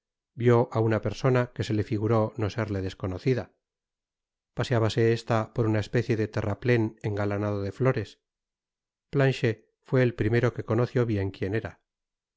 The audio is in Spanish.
vió á una persona que se le figuró no serle desconocida paseábase esta por una especie de terraplen engalanado de flores planchet fué el primero que conoció bien quien era